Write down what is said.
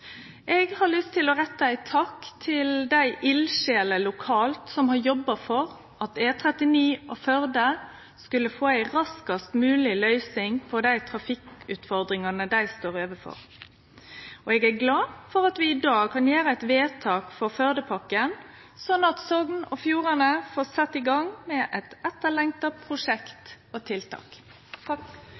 Eg har lyst til å rette ein takk til dei eldsjelene lokalt som har jobba for at E39 og Førde skal få ei raskast mogleg løysing på dei trafikkutfordringane dei står overfor. Eg er glad for at vi i dag kan gjere eit vedtak for Førdepakken, slik at Sogn og Fjordane får sett i gang med eit etterlengta prosjekt og tiltak.